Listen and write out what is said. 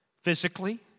physically